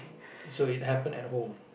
so it happened at home